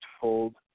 Told